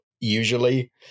usually